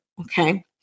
okay